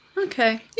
Okay